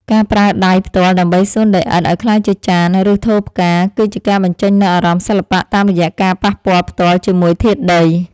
ការប្រើដៃផ្ទាល់ដើម្បីសូនដីឥដ្ឋឱ្យក្លាយជាចាន ឬ ថូផ្កា គឺជាការបញ្ចេញនូវអារម្មណ៍សិល្បៈតាមរយៈការប៉ះពាល់ផ្ទាល់ជាមួយធាតុដី។